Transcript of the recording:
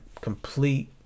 complete